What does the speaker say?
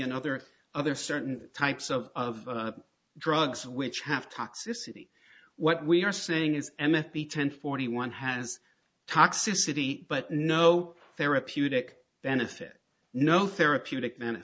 and other other certain types of drugs which have toxicity what we are saying is m f b ten forty one has toxicity but no therapeutic benefit no therapeutic